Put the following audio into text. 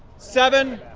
seven,